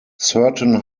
certain